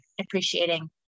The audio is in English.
appreciating